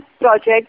project